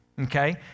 okay